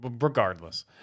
Regardless